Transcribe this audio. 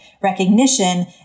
recognition